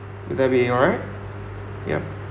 will that be alright ya